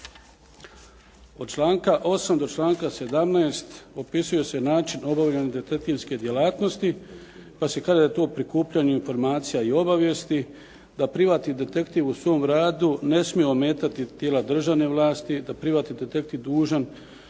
Od članka 8. do članka 17. popisuju se načini obavljanja detektivske djelatnosti pa se kaže da je to prikupljanje informacija i obavijesti, da privatni detektiv u svom radu ne smije ometati tijela državne vlasti, da su privatni detektivi dužni